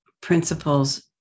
principles